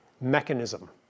mechanism